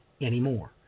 anymore